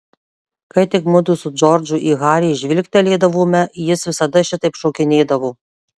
kai tik mudu su džordžu į harį žvilgtelėdavome jis visada šitaip šokinėdavo